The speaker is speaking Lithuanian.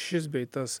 šis bei tas